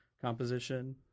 composition